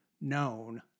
known